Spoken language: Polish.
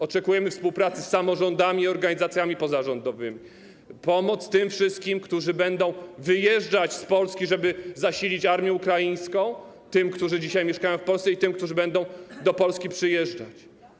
Oczekujemy współpracy z samorządami i organizacjami pozarządowymi, pomocy tym wszystkim, którzy będą wyjeżdżać z Polski, żeby zasilić armię ukraińską, tym, którzy dzisiaj mieszkają w Polsce, i tym, którzy będą do Polski przyjeżdżać.